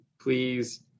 please